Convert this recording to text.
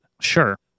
Sure